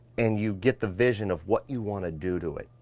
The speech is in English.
and you get the vision of what you want to do to it.